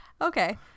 Okay